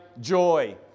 Joy